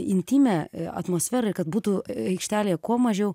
intymią atmosferą ir kad būtų aikštelėje kuo mažiau